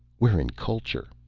we're in culture.